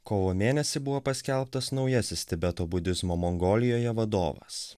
kovo mėnesį buvo paskelbtas naujasis tibeto budizmo mongolijoje vadovas